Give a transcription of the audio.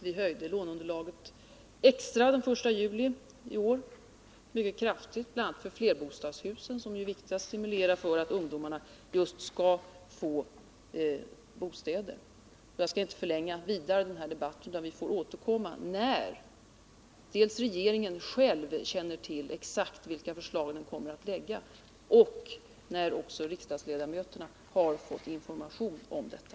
Vi höjde låneunderlaget mycket kraftigt den 1 juli, bl.a. för flerbostadshusen just för att ungdomarna skall få bostäder. Jag skall inte förlänga denna debatt vidare, utan vi får återkomma dels när regeringen själv känner till exakt vilka förslag den kommer att lägga fram, dels när riksdagsledamöterna har fått information om detta.